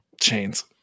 Chains